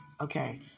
okay